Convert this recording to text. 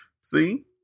See